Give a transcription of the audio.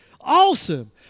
Awesome